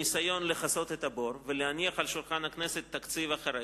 כניסיון לכסות את הבור ולהניח על שולחן הכנסת תקציב אחראי,